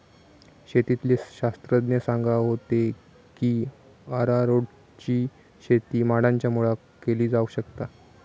शेतीतले शास्त्रज्ञ सांगा होते की अरारोटची शेती माडांच्या मुळाक केली जावक शकता